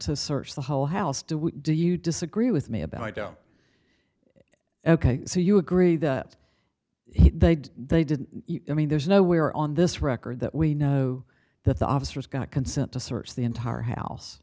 to search the whole house do we do you disagree with me about oh ok so you agree that if they did i mean there's nowhere on this record that we know that the officers got consent to search the entire house